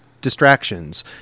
distractions